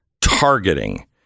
targeting